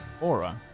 Aura